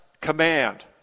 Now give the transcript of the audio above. command